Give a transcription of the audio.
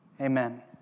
Amen